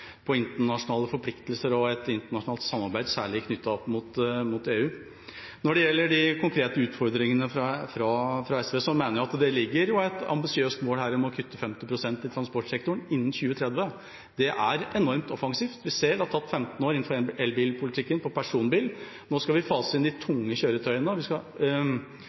på internasjonale forpliktelser og et internasjonalt samarbeid, særlig knyttet til EU. Når det gjelder de konkrete utfordringene fra SV, mener jeg at det ligger et ambisiøst mål her om å kutte 50 pst. i transportsektoren innen 2030. Det er enormt offensivt. Vi ser at det innenfor elbilpolitikken har tatt 15 år når det gjelder personbiler. Nå skal vi fase inn de tunge kjøretøyene. Vi skal